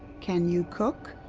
can you cook?